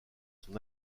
son